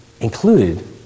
included